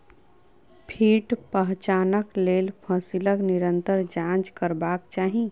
कीट पहचानक लेल फसीलक निरंतर जांच करबाक चाही